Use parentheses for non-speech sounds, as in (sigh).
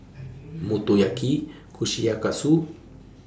(noise) Motoyaki Kushikatsu